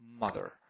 mother